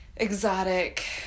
exotic